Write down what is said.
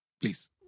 Please